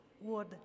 word